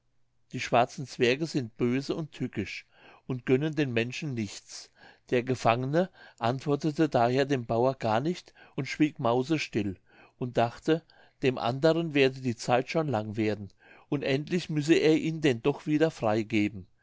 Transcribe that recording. die schwarzen zwerge sind böse und tückisch und gönnen den menschen nichts der gefangene antwortete daher dem bauer gar nicht und schwieg mausestill und dachte dem anderen werde die zeit schon lang werden und endlich müsse er ihn denn doch wieder frei